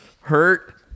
Hurt